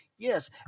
Yes